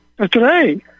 today